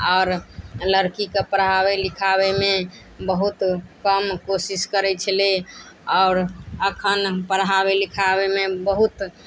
आओर लड़कीके पढ़ाबै लिखाबैमे बहुत कम कोशिश करै छलै आओर अखन पढ़ाबै लिखाबैमे बहुत